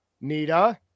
Nita